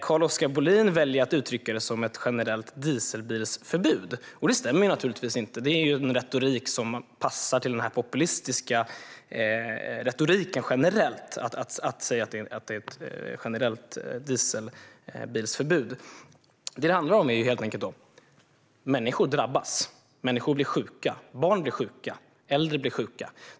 Carl-Oskar Bohlin väljer att uttrycka det som ett generellt dieselbilsförbud. Det stämmer naturligtvis inte. Det är en populistisk retorik att säga att det är ett generellt dieselbilsförbud. Det handlar helt enkelt om att människor drabbas. Människor blir sjuka, barn blir sjuka och äldre blir sjuka.